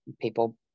people